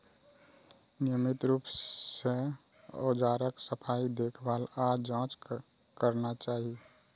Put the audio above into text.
नियमित रूप सं औजारक सफाई, देखभाल आ जांच करना चाही